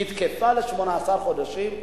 היא תקפה ל-18 חודשים,